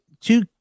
two